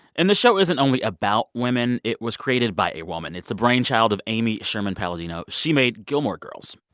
and the show isn't only about women. it was created by a woman. it's the brainchild of amy sherman-palladino. she made gilmore girls.